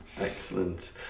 Excellent